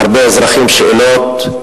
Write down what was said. מהרבה אזרחים שאלות,